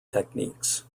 techniques